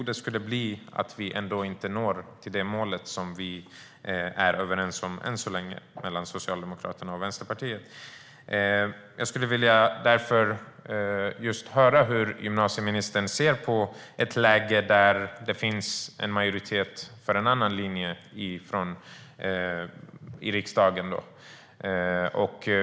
Den skulle innebära att vi ändå inte når det mål som vi än så länge är överens om mellan Socialdemokraterna och Vänsterpartiet. Jag skulle därför vilja höra hur gymnasieministern ser på ett läge där det finns en majoritet för en annan linje i riksdagen.